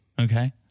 okay